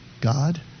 God